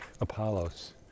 Apollos